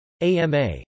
AMA